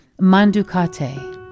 Mandukate